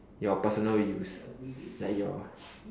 your personal use like your